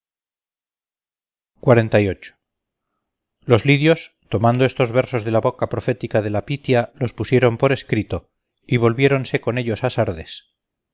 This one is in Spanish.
arriba los lidios tomando estos versos de la boca profética de la pitia los pusieron por escrito y volvieron a sardes